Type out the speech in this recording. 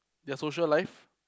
their social life